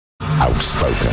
Outspoken